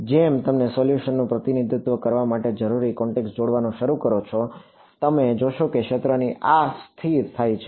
જેમ તમે સોલ્યુશનનું પ્રતિનિધિત્વ કરવા માટે જરૂરી કોન્ટેક્ટસ જોડવા નું શરૂ કરો છો તમે જોશો કે ક્ષેત્રો આ રીતે સ્થિર થાય છે